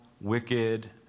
wicked